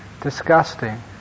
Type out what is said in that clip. disgusting